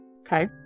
Okay